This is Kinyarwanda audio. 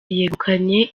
yegukanye